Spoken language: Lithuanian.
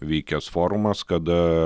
vykęs forumas kada